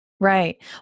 Right